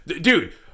Dude